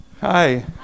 Hi